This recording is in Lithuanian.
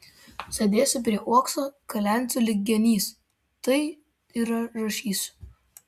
sėdėsiu prie uokso kalensiu lyg genys tai yra rašysiu